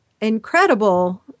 incredible